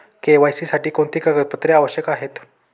KYC साठी कोणती कागदपत्रे आवश्यक आहेत?